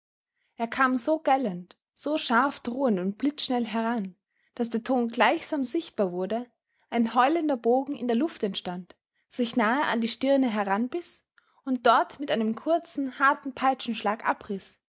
er kam so gellend so scharf drohend und blitzschnell heran daß der ton gleichsam sichtbar wurde ein heulender bogen in der luft entstand sich nahe an die stirne heranbiß und dort mit einem kurzen harten peitschenschlag abriß